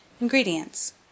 Ingredients